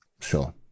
Sure